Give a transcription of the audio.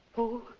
who?